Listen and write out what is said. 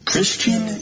Christian